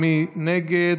מי נגד?